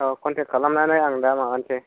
औ कन्टेक्त खालामनानै आं दा माबानोसै